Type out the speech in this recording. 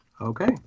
Okay